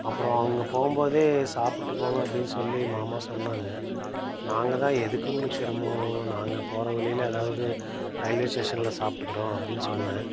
அப்புறோம் அவங்க போகும் போதே சாப்பிட்டு போங்க அப்படின்னு சொல்லி மாமா சொன்னாங்க நாங்கள் தான் எதுக்கு உங்களுக்கு சிரமம் நாங்கள் போகிற வழியில் எதாவது ரயில்வே ஸ்டேஷனில் சாப்பிட்டுக்குறோம் அப்படின்னு சொன்னேன்